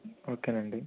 ఓకేనండి